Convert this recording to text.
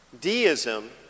Deism